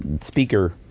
speaker